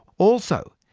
also,